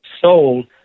sold